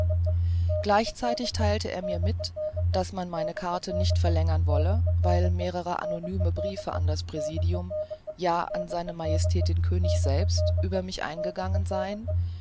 gleichzeitig theilte er mir mit daß man meine karte nicht verlängern wolle weil mehrere anonyme briefe an das präsidium ja an se majestät den könig selbst über mich eingegangen seien